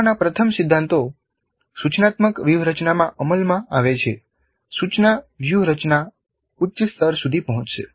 શીખવાના પ્રથમ સિદ્ધાંતો સૂચનાત્મક વ્યૂહરચનામાં અમલમાં આવે છે સૂચના વ્યૂહરચના ઉચ્ચ સ્તર સુધી પહોંચશે